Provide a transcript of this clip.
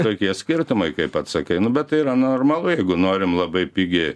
tokie skirtumai kaip pats sakai nu bet tai yra normalu jeigu norim labai pigiai